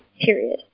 period